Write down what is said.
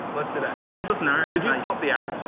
let's do that. so typical scenario did you stop the app?